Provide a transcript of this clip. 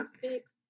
six